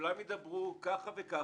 וכולם ידברו ככה וככה,